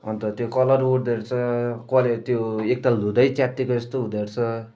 अन्त त्यो कलर उढ्दो रहेछ कले त्यो एक ताल धुँदा च्यातिएको जस्तो हुँदो रहेछ